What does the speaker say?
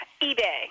ebay